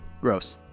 Gross